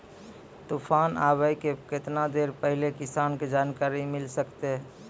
तूफान आबय के केतना देर पहिले किसान के जानकारी मिले सकते?